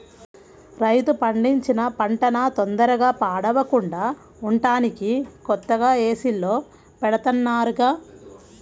రైతు పండించిన పంటన తొందరగా పాడవకుండా ఉంటానికి కొత్తగా ఏసీల్లో బెడతన్నారుగా